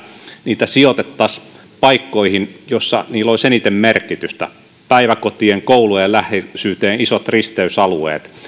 niitä sijoitettaisiin paikkoihin joissa niillä olisi eniten merkitystä päiväkotien koulujen läheisyyteen isoille risteysalueille